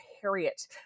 harriet